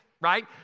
right